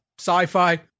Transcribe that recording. sci-fi